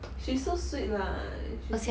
she's so sweet lah she since